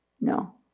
No